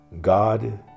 God